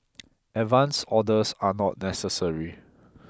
advance orders are not necessary